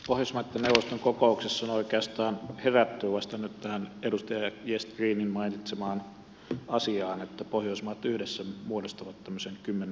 pohjoismaiden neuvoston kokouksessa on oikeastaan herätty vasta nyt tähän edustaja gestrinin mainitsemaan asiaan että pohjoismaat yhdessä muodostavat tämmöisen kymmenenneksi suurimman talousalueen